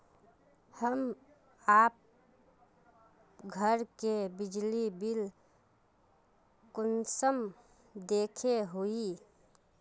हम आप घर के बिजली बिल कुंसम देखे हुई?